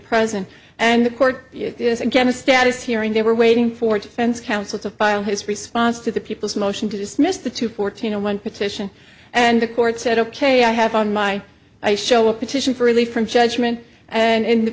present and the court is again a status hearing they were waiting for defense counsel to file his response to the people's motion to dismiss the two fourteen zero one petition and the court said ok i have on my show a petition for relief from judgment and